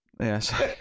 Yes